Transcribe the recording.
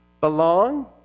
Belong